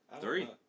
Three